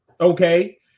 okay